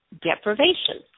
deprivation